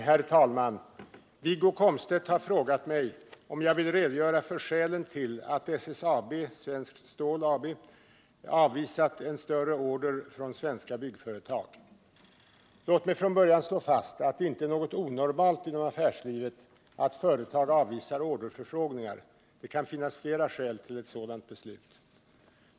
Herr talman! Wiggo Komstedt har frågat mig om jag vill redogöra för skälen till att SSAB, Svenskt Stål AB, avvisat en större order från svenska byggföretag. Låt mig från början slå fast att det inte är något onormalt inom affärslivet att företag avvisar orderförfrågningar. Det kan finnas flera skäl till ett sådant beslut.